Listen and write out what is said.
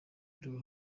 rundi